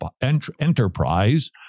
enterprise